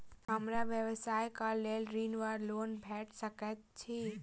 हमरा व्यवसाय कऽ लेल ऋण वा लोन भेट सकैत अछि?